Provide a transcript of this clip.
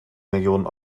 millionen